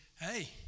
hey